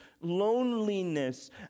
loneliness